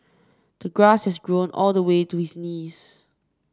the grass has grown all the way to his knees